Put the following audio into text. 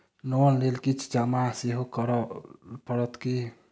Loan लेल किछ जमा सेहो करै पड़त की?